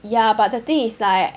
ya but the thing is like